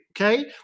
Okay